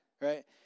right